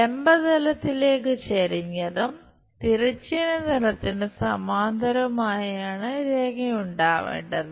ലംബ തലത്തിലേക്ക് ചെരിഞ്ഞും തിരശ്ചീന തലത്തിന് സമാന്തരമായുമാണ് രേഖ ഉണ്ടാവേണ്ടത്